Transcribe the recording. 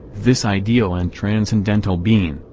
this ideal and transcendental being,